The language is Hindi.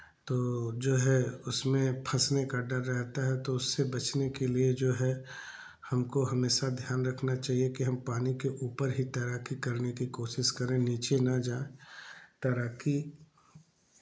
तो जो है उसमें फँसने का डर रहता है तो उससे बचने के लिए जो है हमको हमेशा ध्यान रखना चाहिए कि हम पानी के ऊपर ही तैराकी करने की कोशिश करें नीचे ना जाएँ तैराकी